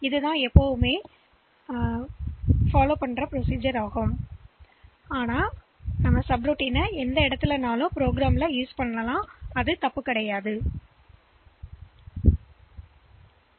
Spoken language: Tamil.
எனவே இது நிலையான நடைமுறையாகும் ஆனால்எந்தசப்ரூட்டீனை திட்டத்தில் எந்த இடத்திலும் வைப்பதில் தவறில்லை